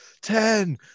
ten